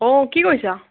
অঁ কি কৰিছা